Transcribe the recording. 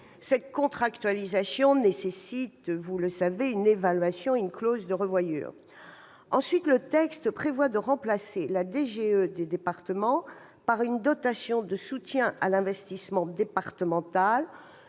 Cette contractualisation nécessite, vous le savez, une évaluation et une clause de revoyure. Ensuite, le texte prévoit de remplacer la DGE des départements par une dotation de soutien à l'investissement départemental.